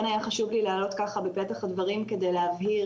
כן היה חשוב לי לעלות ככה בפתח הדברים כדי להבהיר